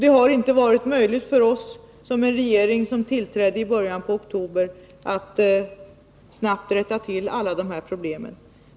Det har inte varit möjligt för oss — en regering som tillträdde i början av oktober — att snabbt klara alla de problem som finns.